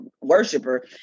worshiper